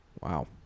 Wow